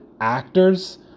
actors